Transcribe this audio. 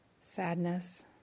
sadness